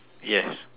yes